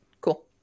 Cool